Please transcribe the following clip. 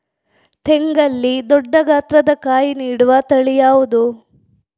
ತೆಂಗಲ್ಲಿ ದೊಡ್ಡ ಗಾತ್ರದ ಕಾಯಿ ನೀಡುವ ತಳಿ ಯಾವುದು?